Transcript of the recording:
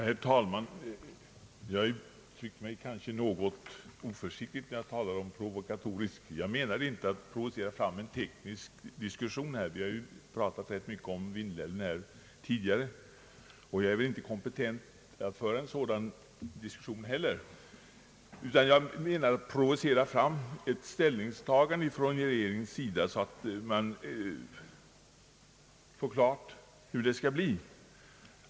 Herr talman! Jag uttryckte mig kanske något oförsiktigt när jag använde ordet provokatorisk. Jag ville inte provocera fram en teknisk diskussion här — vi har ju talat rätt mycket om Vindelälven tidigare, och jag är väl inte kompetent att föra en sådan diskussion heller — utan jag avsåg att provocera fram ett ställningstagande från regeringens sida så att man får klart hur det skall bli.